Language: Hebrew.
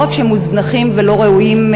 לא רק שהם מוזנחים ולא ראויים,